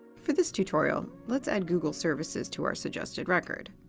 for this tutorial, let's add google services to our suggested record.